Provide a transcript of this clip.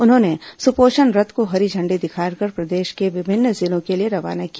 उन्होंने सुपोषण रथ को हरी झण्डी दिखाॅकर प्रदेश के विभिन्न जिलों के लिए रवाना किया